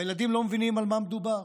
והילדים לא מבינים על מה מדובר.